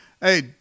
hey